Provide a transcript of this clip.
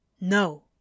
No